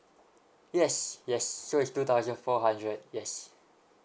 yes yes so it's wo thousand four hundred yes